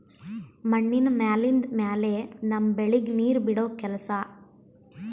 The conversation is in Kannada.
ಮಣ್ಣಿನ ಮ್ಯಾಲಿಂದ್ ಮ್ಯಾಲೆ ನಮ್ಮ್ ಬೆಳಿಗ್ ನೀರ್ ಬಿಡೋ ಕೆಲಸಾ